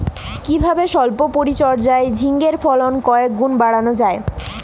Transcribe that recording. কিভাবে সল্প পরিচর্যায় ঝিঙ্গের ফলন কয়েক গুণ বাড়ানো যায়?